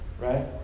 right